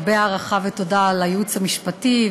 הרבה הערכה ותודה על הייעוץ המשפטי,